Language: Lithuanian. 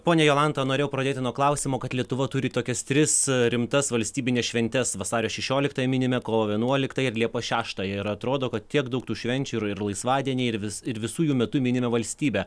ponia jolanta norėjau pradėti nuo klausimo kad lietuva turi tokias tris rimtas valstybines šventes vasario šešioliktąją minime kovo vienuoliktąją ir liepos šeštąją ir atrodo kad tiek daug tų švenčių ir ir laisvadieniai ir vis ir visų jų metu minime valstybę